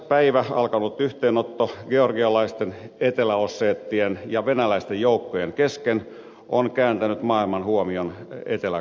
päivänä alkanut yhteenotto georgialaisten eteläosseettien ja venäläisten joukkojen kesken on kääntänyt maailman huomion etelä kaukasiaan